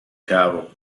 cattle